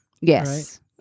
Yes